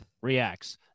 reacts